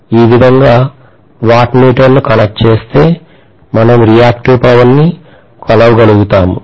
ఈ విధంగా వాట్మీటర్ ను కనెక్ట్ చేస్తే మనం రియాక్టివ్ పవర్ ను కొలవగలుగుతాము